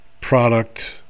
product